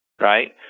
right